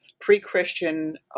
pre-Christian